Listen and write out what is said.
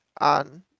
on